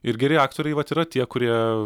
ir geri aktoriai vat yra tie kurie